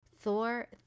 Thor